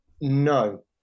No